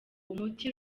umuti